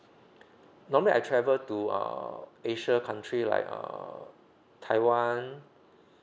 normally I travel to uh asia country like err taiwan